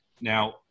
now